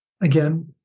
Again